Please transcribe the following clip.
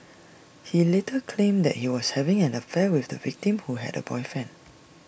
he later claimed that he was having an affair with the victim who had A boyfriend